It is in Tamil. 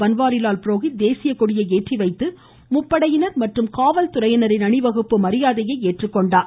பன்வாரிலால் புரோஹித் தேசியக் கொடியை ஏற்றிவைத்து முப்படையினர் மற்றும் காவல்துறையினரின் அணிவகுப்பு மரியாதையை ஏற்றுக்கொண்டார்